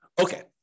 Okay